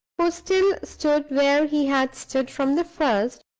who still stood where he had stood from the first,